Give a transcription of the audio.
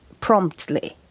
promptly